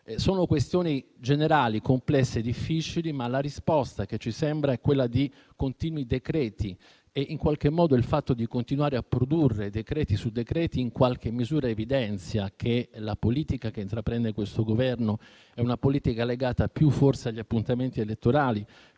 Sono questioni generali, complesse, difficili ma la risposta che ci sembra diate è quella di continui decreti. Il fatto di continuare a produrre decreti su decreti in qualche misura evidenzia che la politica che intraprende questo Governo è forse legata più agli appuntamenti elettorali